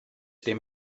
dim